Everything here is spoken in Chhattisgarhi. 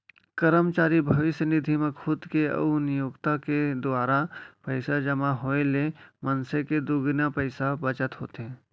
करमचारी भविस्य निधि म खुद के अउ नियोक्ता के दुवारा पइसा जमा होए ले मनसे के दुगुना पइसा बचत होथे